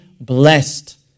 blessed